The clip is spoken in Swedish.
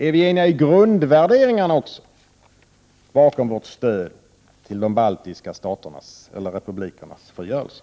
Är vi eniga i grundvärderingarna också bakom stödet till de baltiska republikernas frigörelse?